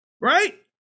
right